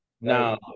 Now